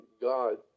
God